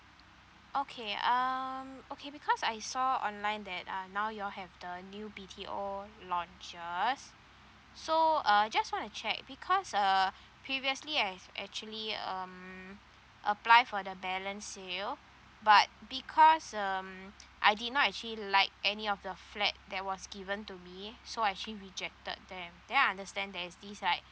okay um okay because I saw online that uh now you have the new B_T_O launches so uh just want to check because uh previously I have actually um apply for the balance sale but because um I did not actually like any of the flat that was given to me so I actually rejected them then I understand there is this like